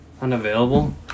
Unavailable